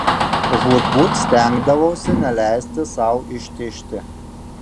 žūtbūt stengdavausi neleisti sau ištižti